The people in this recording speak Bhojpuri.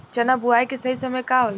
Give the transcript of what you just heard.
चना बुआई के सही समय का होला?